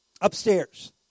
upstairs